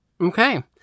okay